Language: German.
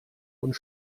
und